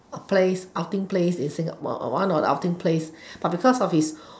a place outing place in singap~ one of the outing place but because of his